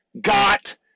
got